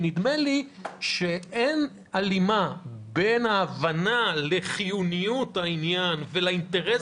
נדמה לי שאין הליכה בין ההבנה לחיוניות העניין ולאינטרס